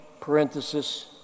parenthesis